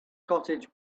cottage